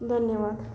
धन्यवाद